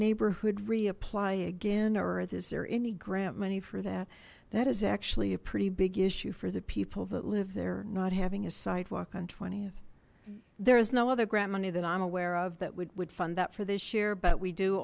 neighborhood reapply again or is there any grant money for that that is actually a pretty big issue for the people that live there not having a sidewalk on th there is no other grant money that i'm aware of that would fund that for this year but we do